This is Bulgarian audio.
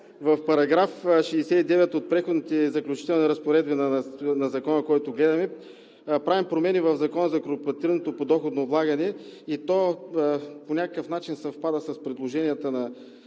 в § 69 от Предходните и заключителните разпоредби на Закона, който гледаме, правим промени в Закона за корпоративното подоходно облагане и то по някакъв начин съвпада с предложенията на